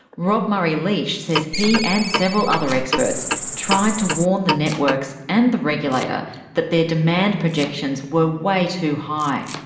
rob murray-leach says he and several other experts tried to warn the networks and the regulator that their demand projections were way too high.